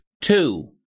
Two